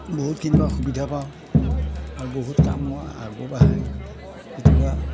বহুতখিনি পৰা সুবিধা পাওঁ আৰু বহুত কামো আগও বাঢ়ে কেতিয়াবা